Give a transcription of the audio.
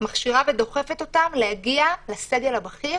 מכשירה ודוחפת אותם להגיע לסגל הבכיר.